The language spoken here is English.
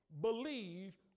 believe